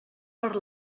per